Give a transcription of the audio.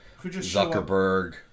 Zuckerberg